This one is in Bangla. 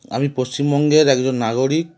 আমি পশ্চিমবঙ্গের একজন নাগরিক